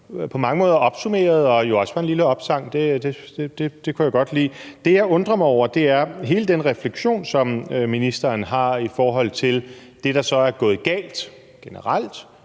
på mange måder opsummerede og jo også var en lille opsang; det kunne jeg godt lide. Det, jeg undrer mig over, er, hvorfor der ikke står et ord om hele den refleksion, som ministeren har i forhold til det, der så er gået galt generelt,